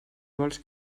vols